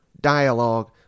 dialogue